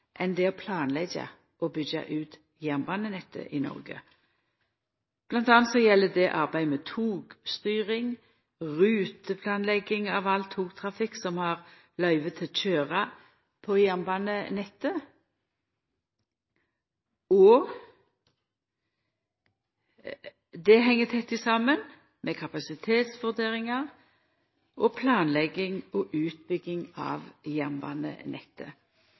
enn det å planleggja og byggja ut jernbanenettet i Noreg. Blant anna gjeld det arbeidet med togstyring, ruteplanlegging av all togtrafikk som har løyve til å køyra på jernbanenettet, og det heng tett saman med kapasitetsvurderingar og planlegging og utbygging av jernbanenettet.